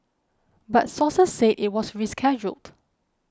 but sources say it was rescheduled